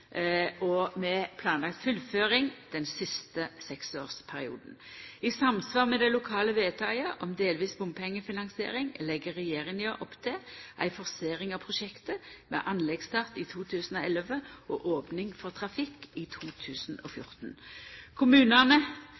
den siste seksårsperioden. I samsvar med dei lokale vedtaka om delvis bompengefinansiering legg regjeringa opp til ei forsering av prosjektet, med anleggsstart i 2011 og opning for trafikk i 2014. Kommunane